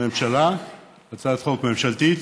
חוק ממשלתית,